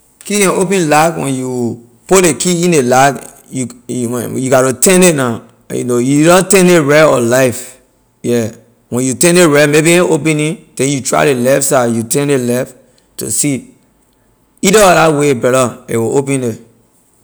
Key can open lock when you put ley key in ley lock you you gatto turn it na you know you either turn it right or left yeah when you turn it right maybe a na opening then you try ley left side you turn it left to see either of la way brother a will open it